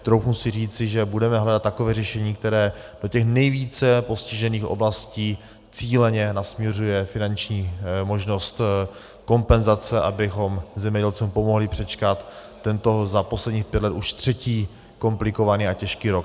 Troufnu si říci, že budeme hledat takové řešení, které do těch nejvíce postižených oblastí cíleně nasměruje finanční možnost kompenzace, abychom zemědělcům pomohli přečkat tento za posledních pět let už třetí komplikovaný a těžký rok.